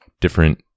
different